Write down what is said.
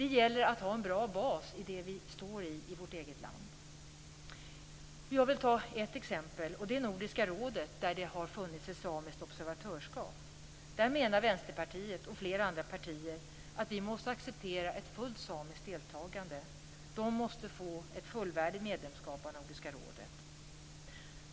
Det gäller att ha en bra bas i det vi står i, i vårt eget land. Jag vill ta ett exempel, och det är Nordiska rådet där det har funnits ett samiskt observatörskap. Vänsterpartiet och flera andra partier menar att vi måste acceptera ett fullt samiskt deltagande.